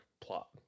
plot